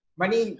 money